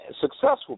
successful